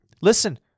listen